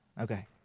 Okay